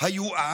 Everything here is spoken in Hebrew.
היו עם?"